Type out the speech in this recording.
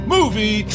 Movie